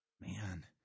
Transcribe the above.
Man